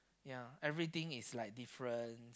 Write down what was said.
ya everything is like different